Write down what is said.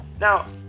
Now